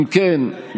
אם כן,